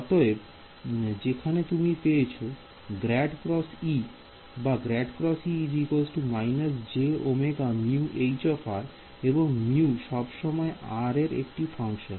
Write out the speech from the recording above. অতএব যেখানে তুমি পেয়েছো ∇× E ∇× E − jωμH এবং μ সব সময় r এর একটি ফাংশন